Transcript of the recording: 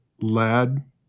lad